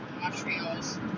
Montreal's